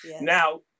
Now